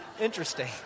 Interesting